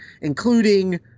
including